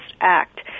act